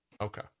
Okay